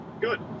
Good